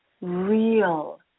real